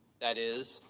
that is,